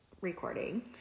recording